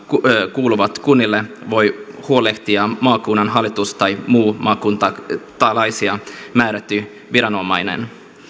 kuuluvat kunnille voi huolehtia maakunnan hallitus tai muu maakuntalaissa määrätty viranomainen